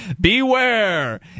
beware